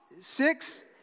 six